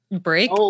break